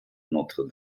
notre